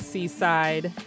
Seaside